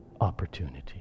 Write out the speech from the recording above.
opportunity